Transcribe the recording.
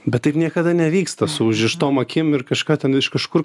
bet taip niekada nevyksta su užrištom akim ir kažką ten iš kažkur